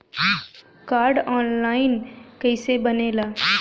Card online कइसे बनेला?